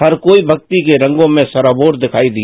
हर कोई भक्ति के रंगों से सराबोर दिखाई दिया